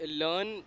learn